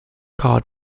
cod